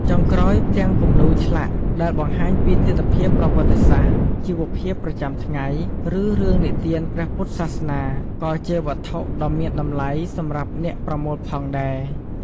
ចុងក្រោយ ផ្ទាំងគំនូរឆ្លាក់ ដែលបង្ហាញពីទិដ្ឋភាពប្រវត្តិសាស្ត្រ ជីវភាពប្រចាំថ្ងៃ ឬរឿងនិទានព្រះពុទ្ធសាសនា ក៏ជាវត្ថុដ៏មានតម្លៃសម្រាប់អ្នកប្រមូលផងដែរ។